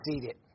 seated